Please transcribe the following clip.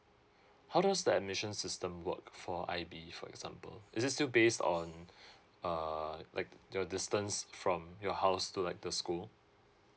how does the admissions system work for I_B for example is it still based on uh like the distance from your house to like the school